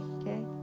Okay